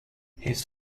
his